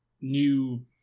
new